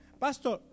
Pastor